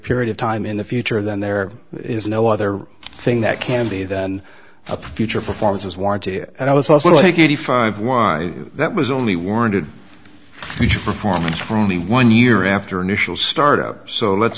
period of time in the future then there is no other thing that can be then a future performance as warranty and i was also to take eighty five one that was only warranted which performance from a one year after initial startup so let's